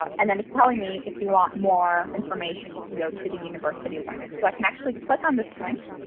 and then it's telling me if you want more information you can go to the university link. so i can actually click on this link,